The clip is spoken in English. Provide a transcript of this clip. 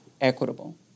equitable